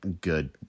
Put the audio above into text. good